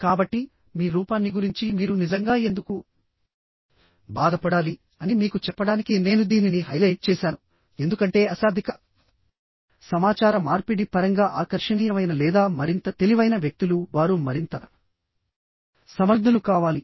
కాబట్టిమీ రూపాన్ని గురించి మీరు నిజంగా ఎందుకు బాధపడాలి అని మీకు చెప్పడానికి నేను దీనిని హైలైట్ చేసాను ఎందుకంటే అశాబ్దిక సమాచార మార్పిడి పరంగా ఆకర్షణీయమైన లేదా మరింత తెలివైన వ్యక్తులువారు మరింత సమర్థులు కావాలి